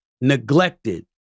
neglected